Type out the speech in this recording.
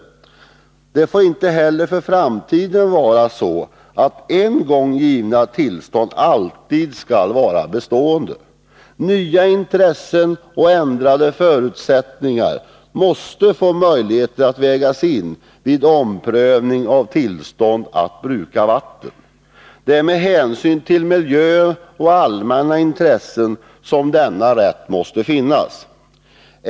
Vidare får det inte för framtiden vara så att en gång givna tillstånd skall vara bestående för alltid. Nya intressen och ändrade förutsättningar måste kunna vägas in vid en omprövning av tillstånd att bruka vatten. Det är med hänsyn till miljö och allmänna intressen som denna rätt måste finnas.